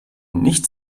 nicht